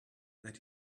that